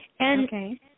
Okay